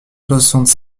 soixante